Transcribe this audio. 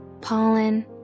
pollen